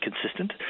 consistent